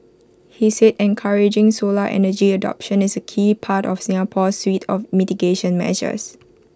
he said encouraging solar energy adoption is A key part of Singapore's suite of mitigation measures